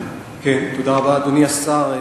אדוני היושב-ראש, תודה רבה, אדוני השר,